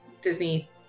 Disney